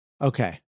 Okay